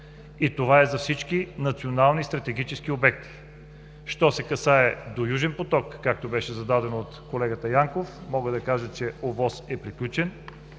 Това е за всички национални стратегически обекти. Що се касае до „Южен поток“, както беше зададено от колегата Янков, мога да кажа, че ОВОС е приключен